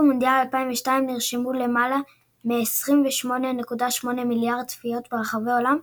במונדיאל 2002 נרשמו למעלה מ-28.8 מיליארד צפיות ברחבי העולם,